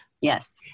Yes